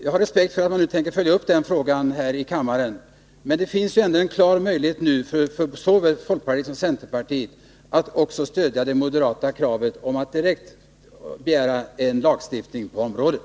Jag har respekt för att man nu tänker följa upp frågan här i kammaren, men det finns en klar möjlighet nu för såväl folkpartiet som centerpartiet att stödja det moderata kravet på att direkt begära en lagstiftning på området.